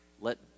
Let